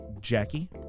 Jackie